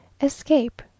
Escape